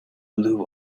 blew